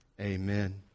amen